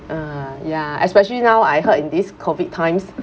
uh ya especially now I heard in these COVID times